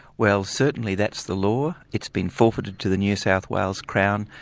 well certainly that's the law. it's been forfeited to the new south wales crown.